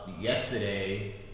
Yesterday